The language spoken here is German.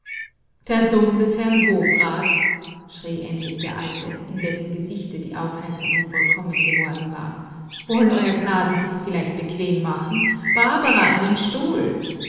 sohn des herrn hofrats schrie endlich der alte in dessen gesichte die aufheiterung vollkommen geworden war wollen euer gnaden sich's vielleicht bequem machen barbara einen stuhl